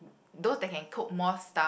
those that can cook more stuff